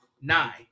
nine